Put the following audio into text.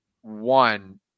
one